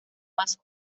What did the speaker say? más